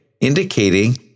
indicating